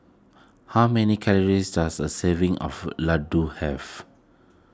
how many calories does a serving of Ladoo have